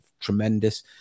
tremendous